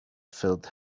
filled